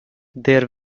there